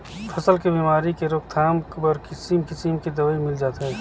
फसल के बेमारी के रोकथाम बर किसिम किसम के दवई मिल जाथे